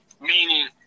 Meaning